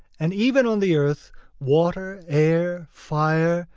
and even on the earth water, air, fire,